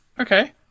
okay